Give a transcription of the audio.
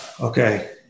Okay